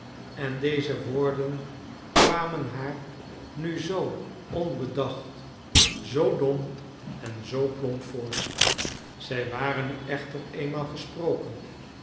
en deze woorden kwamen haar nu zoo onbedacht zoo dom en zoo plomp voor zij waren nu echter eenmaal gesproken